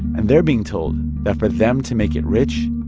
and they're being told that, for them to make it rich,